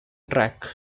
track